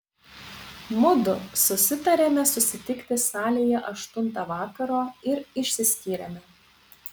mudu susitarėme susitikti salėje aštuntą vakaro ir išsiskyrėme